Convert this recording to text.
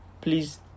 please